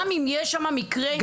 גם אם יש שם מקרי אלימות.